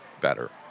better